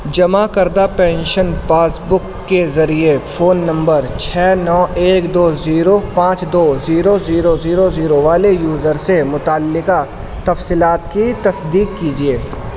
جمع کردہ pension passbook کے ذریعے فون نمبر چھ نو ایک دو زیرو پانچ دو زیرو زیرو زیرو زیرو والے یوزر سے متعلقہ تفصیلات کی تصدیق کیجیے